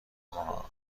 نهها